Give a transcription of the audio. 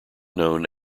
known